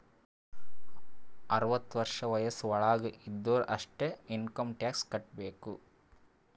ಅರ್ವತ ವರ್ಷ ವಯಸ್ಸ್ ವಳಾಗ್ ಇದ್ದೊರು ಅಷ್ಟೇ ಇನ್ಕಮ್ ಟ್ಯಾಕ್ಸ್ ಕಟ್ಟಬೇಕ್